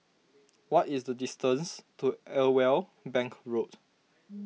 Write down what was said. what is the distance to Irwell Bank Road